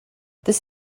this